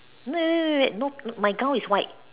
no no no wait wait wait no my gown is white